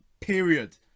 Period